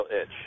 itch